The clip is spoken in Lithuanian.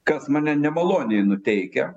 kas mane nemaloniai nuteikia